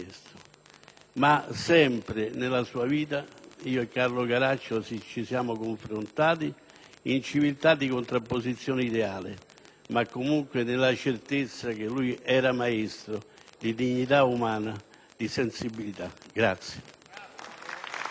Sempre, durante la sua vita, io e Carlo Caracciolo ci siamo confrontati in civiltà, con una contrapposizione ideale, ma comunque nella certezza che lui era maestro di dignità umana e di sensibilità. *(Applausi